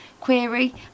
query